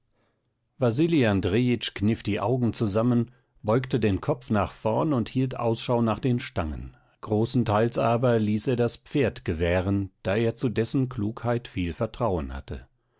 wasili andrejitsch kniff die augen zusammen beugte den kopf nach vorn und hielt ausschau nach den stangen großenteils aber ließ er das pferd gewähren da er zu dessen klugheit viel vertrauen hatte